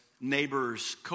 neighbors